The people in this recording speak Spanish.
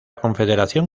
confederación